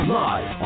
live